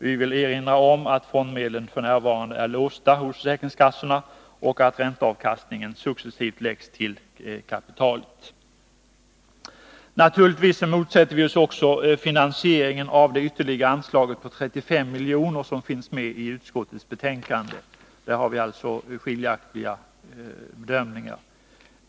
Vi vill erinra om att fondmedlen f. n. är låsta hos försäkringskassorna och att ränteavkastningen successivt läggs till kapitalet. Naturligtvis motsätter vi oss också finansieringen av det ytterligare anslaget på 35 milj.kr. som finns med i utskottets betänkande. Där har vi alltså skiljaktliga bedömningar.